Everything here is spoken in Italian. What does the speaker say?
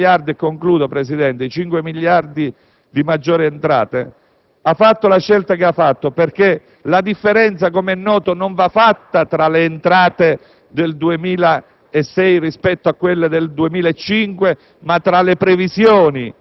dopo aver conteggiato come dato strutturale i 5 miliardi di maggiori entrate. Ha fatto la scelta che ha fatto perché la differenza, come è noto, non va fatta tra le entrate del 2006